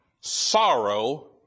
sorrow